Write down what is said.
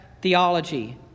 theology